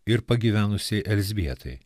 ir pagyvenusiai elzbietai